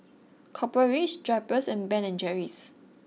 Copper Ridge Drypers and Ben and Jerry's